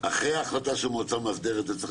אחרי ההחלטה של המועצה המאסדרת זה צריך